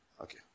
Okay